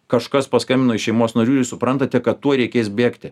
kažkas paskambino iš šeimos narių ir jūs suprantate kad tuoj reikės bėgti